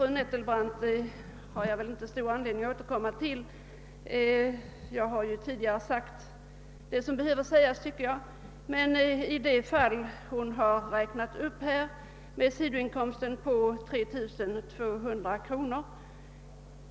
Jag har inte stor anledning att återkomma till fru Nettelbrandts anförande — jag tycker att jag tidigare har sagt det som behöver sägas. Hon nämnde ett fall där en pensionär hade en sidoinkomst på 3 200 kronor.